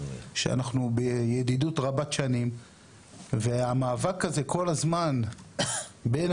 שאנחנו בידידות רבת שנים והמאבק הזה כל הזמן בין